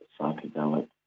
psychedelic